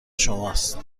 شماست